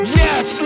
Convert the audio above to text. yes